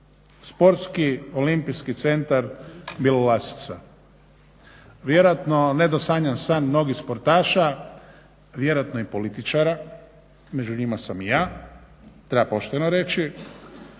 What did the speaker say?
Sportski olimpijski centar Bjelolasica. Vjerojatno nedosanjan san mnogih sportaša, vjerojatno i političara, među njima sam i ja, treba pošteno reći.